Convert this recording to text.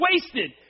wasted